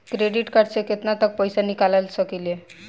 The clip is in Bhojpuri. क्रेडिट कार्ड से केतना तक पइसा निकाल सकिले?